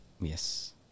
Yes